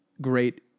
great